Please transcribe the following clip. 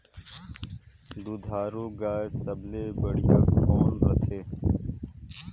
दुधारू गाय सबले बढ़िया कौन रथे?